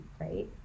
right